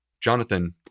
Jonathan